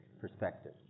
perspective